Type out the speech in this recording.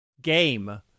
game